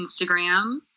Instagram